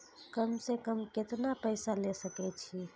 कम से कम केतना पैसा ले सके छी?